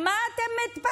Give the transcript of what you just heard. אלימות,